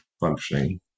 functioning